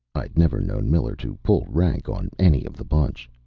i'd never known miller to pull rank on any of the bunch.